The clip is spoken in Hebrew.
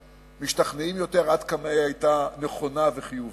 משתכנעים יותר עד כמה היא היתה נכונה וחיובית,